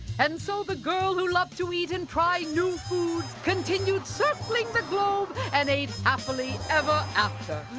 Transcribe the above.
and so, the girl who loved to eat and try new foods continued circling the globe and ate happily ever after,